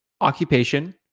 occupation